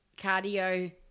cardio